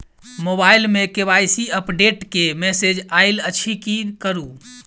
Mobile मे KYC update केँ message आइल अछि की करू?